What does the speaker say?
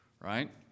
Right